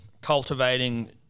cultivating